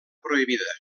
prohibida